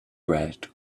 red